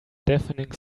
deafening